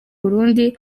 burundi